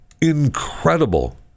incredible